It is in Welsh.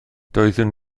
doeddwn